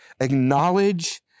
Acknowledge